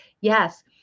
yes